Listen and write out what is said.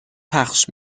پخش